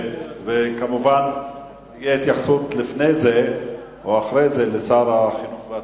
מובן שלפני או אחרי תהיה התייחסות של שר החינוך.